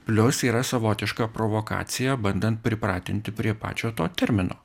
plius yra savotiška provokacija bandant pripratinti prie pačio to termino